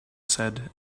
said